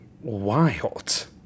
Wild